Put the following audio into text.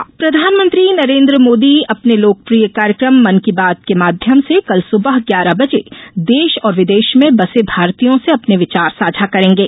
मन की बात प्रधानमंत्री नरेंद्र मोदी अपने लोकप्रिय कार्यक्रम मन की बात के माध्यम से कल सुबह ग्यारह बजे देश और विदेश में बसे भारतीयों से अपने विचार साझा करेंगे